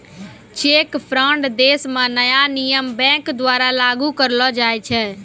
cheque fraud देश म नया नियम बैंक द्वारा लागू करलो जाय छै